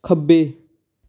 ਖੱਬੇ